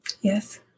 Yes